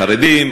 חרדים,